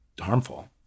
harmful